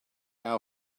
our